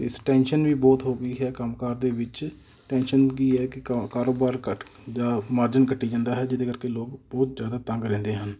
ਅਤੇ ਇਸ ਟੈਨਸ਼ਨ ਵੀ ਬਹੁਤ ਹੋ ਗਈ ਹੈ ਕੰਮ ਕਾਰ ਦੇ ਵਿੱਚ ਟੈਂਸ਼ਨ ਕੀ ਹੈ ਕਿ ਕ ਕਾਰੋਬਾਰ ਘੱਟ ਜਾਂ ਮਾਰਜਨ ਘਟੀ ਜਾਂਦਾ ਹੈ ਜਿਹਦੇ ਕਰਕੇ ਲੋਕ ਬਹੁਤ ਜ਼ਿਆਦਾ ਤੰਗ ਰਹਿੰਦੇ ਹਨ